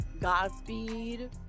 Godspeed